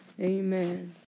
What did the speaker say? amen